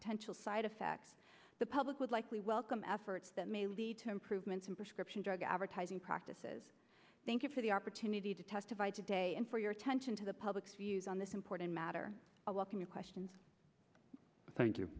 potential side effects the public would likely welcome efforts that may lead to improvements in prescription drug advertising practices thank you for the opportunity to testify today and for your attention to the public's views on this important matter a lot of questions